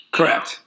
Correct